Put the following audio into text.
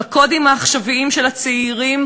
בקודים העכשוויים של הצעירים,